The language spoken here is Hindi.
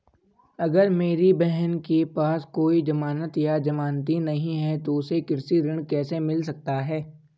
अगर मेरी बहन के पास कोई जमानत या जमानती नहीं है तो उसे कृषि ऋण कैसे मिल सकता है?